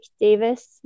Davis